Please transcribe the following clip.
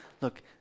look